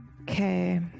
Okay